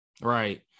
right